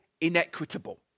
inequitable